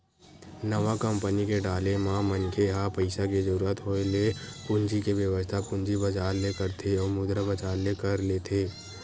नवा कंपनी के डाले म मनखे ह पइसा के जरुरत होय ले पूंजी के बेवस्था पूंजी बजार ले करथे अउ मुद्रा बजार ले कर लेथे